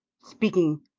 speaking